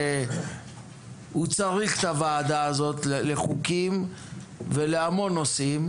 שהוא צריך את הוועדה הזאת לחוקים ולהמון נושאים,